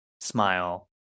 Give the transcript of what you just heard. smile